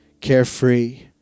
carefree